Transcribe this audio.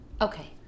Okay